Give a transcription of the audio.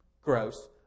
gross